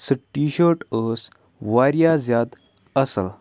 سۄ ٹی شٲٹ ٲس واریاہ زیادٕ اَصٕل